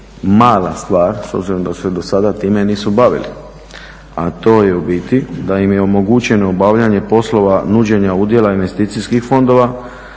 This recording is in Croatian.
mala stvar s obzirom da se do sada time nisu bavili a to je u biti da im je omogućeno obavljanje poslova nuđenja udjela investicijskih fondova,